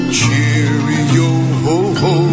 cheerio